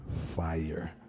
fire